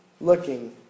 looking